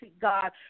God